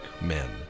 men